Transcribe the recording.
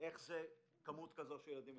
איך מסיעים מספר כזה של ילדים,